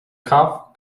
cough